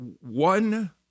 one